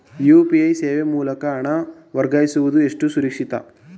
UPI ಸೇವೆ ಮೂಲಕ ಹಣ ವರ್ಗಾಯಿಸುವುದು ಎಷ್ಟು ಸುರಕ್ಷಿತ?